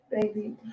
baby